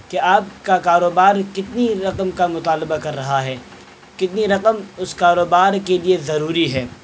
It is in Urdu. کہ آپ کا کاروبار کتنی رقم کا مطالبہ کر رہا ہے کتنی رقم اس کاروبار کے لیے ضروری ہے